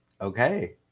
Okay